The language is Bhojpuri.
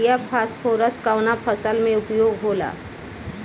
युरिया फास्फोरस कवना फ़सल में उपयोग होला?